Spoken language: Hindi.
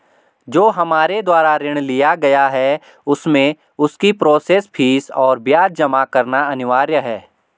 जो हमारे द्वारा ऋण लिया गया है उसमें उसकी प्रोसेस फीस और ब्याज जमा करना अनिवार्य है?